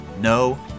no